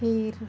खीर